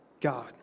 God